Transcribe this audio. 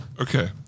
Okay